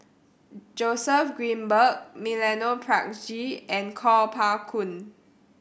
Joseph Grimberg Milenko Prvacki and Kuo Pao Kun